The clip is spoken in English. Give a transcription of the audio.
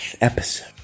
episode